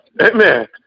amen